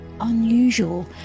unusual